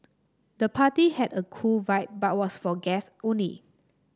the party had a cool vibe but was for guest only